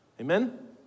Amen